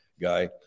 guy